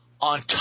on